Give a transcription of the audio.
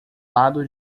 lado